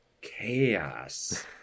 chaos